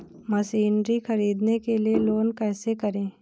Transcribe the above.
Machinery ख़रीदने के लिए लोन कैसे करें?